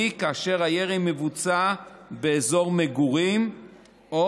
והיא כאשר הירי מבוצע באזור מגורים או